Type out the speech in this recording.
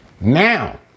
Now